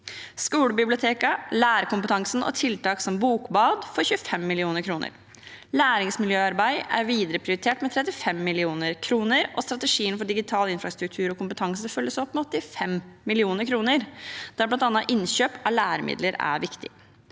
Skolebibliotekene, lærerkompetansen og tiltak som bokbad får 25 mill. kr. Læringsmiljøarbeid er videre prioritert med 35 mill. kr, og strategien for digital infrastruktur og kompetanse følges opp med 85 mill. kr, der bl.a. innkjøp av læremidler er viktig.